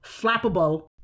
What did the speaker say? flappable